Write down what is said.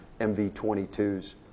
MV-22s